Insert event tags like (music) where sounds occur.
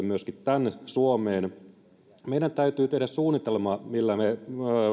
(unintelligible) myöskin tänne suomeen meidän täytyy tehdä suunnitelma millä me